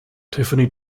tiffany